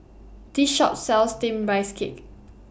This Shop sells Steamed Rice Cake